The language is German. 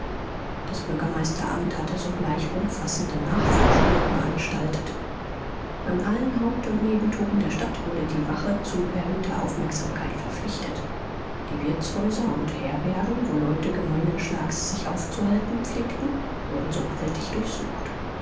das bürgermeisteramt hatte sogleich umfassende nachforschungen veranstaltet an allen haupt und nebentoren der stadt wurde die wache zu erhöhter aufmerksamkeit verpflichtet die wirtshäuser und herbergen wo leute gemeinen schlags sich aufzuhalten pflegten wurden sorgfältig durchsucht